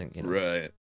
Right